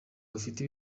bafite